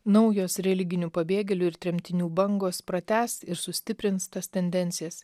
naujos religinių pabėgėlių ir tremtinių bangos pratęs ir sustiprins tas tendencijas